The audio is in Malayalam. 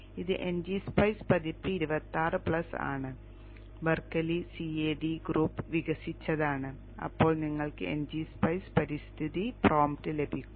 ഇത് ngSpice പതിപ്പ് 26 പ്ലസ് ആണ് ബെർക്ക്ലി CAD ഗ്രൂപ്പ് വികസിപ്പിച്ചതാണ് അപ്പോൾ നിങ്ങൾക്ക് ngSpice പരിസ്ഥിതി പ്രോംപ്റ്റ് ലഭിക്കും